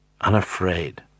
unafraid